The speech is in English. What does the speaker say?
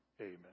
Amen